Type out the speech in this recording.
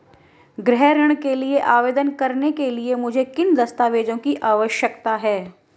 गृह ऋण के लिए आवेदन करने के लिए मुझे किन दस्तावेज़ों की आवश्यकता है?